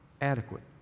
adequate